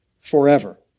forever